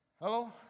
Hello